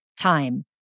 time